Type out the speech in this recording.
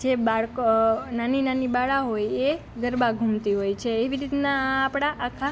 જે બાળક નાની નાની બાળા હોય એ ગરબા ઘુમતી હોય છે એવી રીતના આપણા આખા